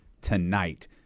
tonight